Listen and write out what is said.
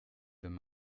wenn